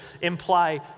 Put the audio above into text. imply